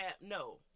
no